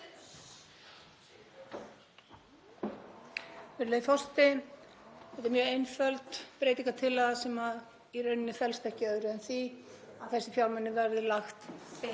Þetta er mjög einföld breytingartillaga sem í rauninni felst ekki í öðru en því að þessir fjármunir verði lagðir